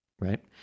Right